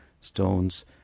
stones